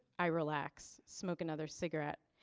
i relax, smoke another cigarette.